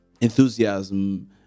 enthusiasm